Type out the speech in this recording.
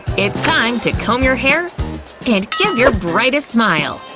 it's time to comb your hair and give your brightest smile.